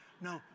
No